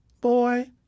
Boy